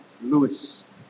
Lewis